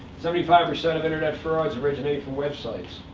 seventy five percent of internet frauds originate from websites.